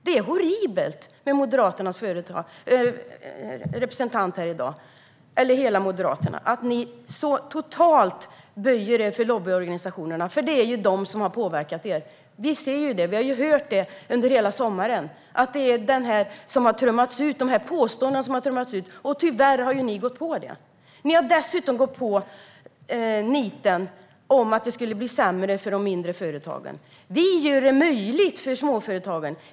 Det är horribelt att Moderaterna, och partiets representant här i dag, totalt böjer er för lobbyorganisationerna. Det är ju de som har påverkat er. Vi ser det, och vi har hört de påståenden som har trummats ut under hela sommaren. Tyvärr har ni gått på dem. Ni har dessutom gått på att det skulle bli sämre för de mindre företagen. Vi gör det möjligt för småföretagen.